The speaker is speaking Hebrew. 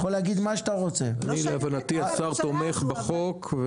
להבנתי השר תומך בחוק.